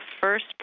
first